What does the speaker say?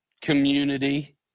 community